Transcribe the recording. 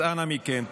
אז אנא מכם,